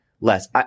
less